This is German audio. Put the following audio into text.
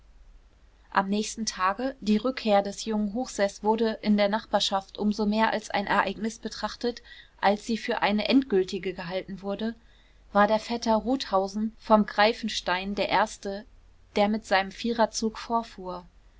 am nächsten tage die rückkehr des jungen hochseß wurde in der nachbarschaft um so mehr als ein ereignis betrachtet als sie für eine endgültige gehalten wurde war der vetter rothausen vom greifenstein der erste der mit seinem viererzug vorfuhr